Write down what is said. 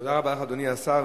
תודה רבה לך, אדוני השר.